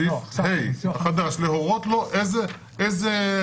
סעיף (ה) החדש: להורות לו איזו